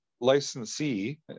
licensee